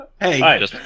Hey